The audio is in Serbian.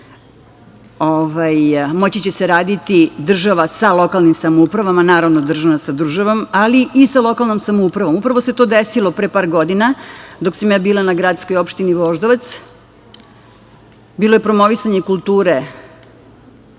moći će sarađivati država sa lokalnim samoupravama, naravno država sa državom, ali i sa lokalnom samoupravom. Upravo se to desilo pre par godina. Dok sam ja bila na gradskoj opštini Voždovac bilo je promovisanje kulture